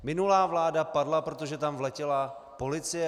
Minulá vláda padla, protože tam vletěla policie.